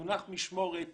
המונח משמורת